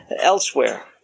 elsewhere